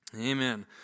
Amen